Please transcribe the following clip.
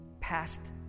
past